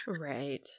Right